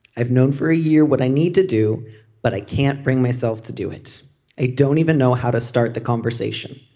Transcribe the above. i've known for a year what i need to do but i can't bring myself to do it. i don't even know how to start the conversation.